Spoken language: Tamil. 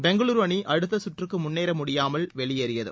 பெங்களூரு அணி அடுத்தச்சுற்றுக்கு முன்னேற முடியாமல் வெளியேறியது